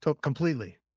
Completely